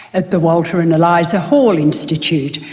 at the walter and eliza hall institute,